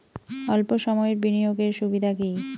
অল্প সময়ের বিনিয়োগ এর সুবিধা কি?